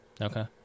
Okay